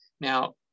Now